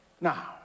Now